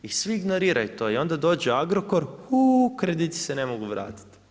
I svi ignoriraju to, i onda dođe Agrokor, u, krediti se ne mogu vratiti.